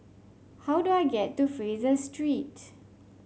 how do I get to Fraser Street